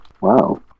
Wow